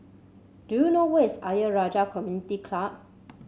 do you know where is Ayer Rajah Community Club